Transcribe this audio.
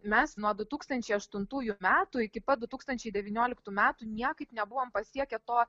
mes nuo du tūkstančiai aštuntųjų metų iki pat du tūkstančiai devynioliktų metų niekaip nebuvom pasiekę to